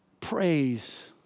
praise